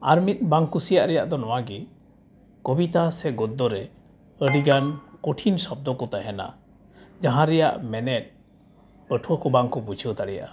ᱟᱨ ᱢᱤᱫ ᱵᱟᱝ ᱠᱩᱥᱤᱭᱟᱜ ᱨᱮᱭᱟᱜ ᱫᱚ ᱱᱚᱣᱟᱜᱮ ᱠᱚᱵᱤᱛᱟ ᱥᱮ ᱜᱚᱫᱽᱫᱚᱨᱮ ᱟᱹᱰᱤᱜᱟᱱ ᱠᱚᱴᱷᱤᱱ ᱥᱚᱵᱽᱫᱚᱠᱚ ᱛᱮᱦᱮᱱᱟ ᱡᱟᱦᱟᱸ ᱨᱮᱭᱟᱜ ᱢᱮᱱᱮᱫ ᱯᱟᱹᱴᱷᱩᱣᱟᱹ ᱠᱚ ᱵᱟᱝᱠᱚ ᱵᱩᱡᱷᱟᱹᱣ ᱫᱟᱲᱮᱭᱟᱜᱼᱟ